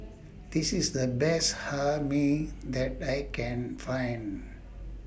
This IS The Best Hae Mee that I Can Find